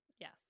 Yes